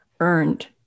earned